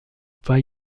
pas